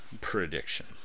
prediction